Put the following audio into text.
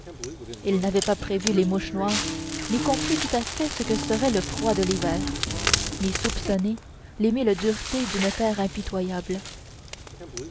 ils n'avaient pas prévu les mouches noires ni compris tout à fait ce que serait le froid de l'hiver ni soupçonné les mille duretés d'une terre impitoyable